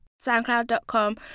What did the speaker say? soundcloud.com